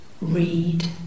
read